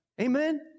Amen